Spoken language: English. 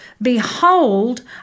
behold